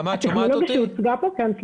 נעמה, אני